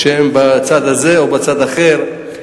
כשהן בצד הזה או בצד אחר,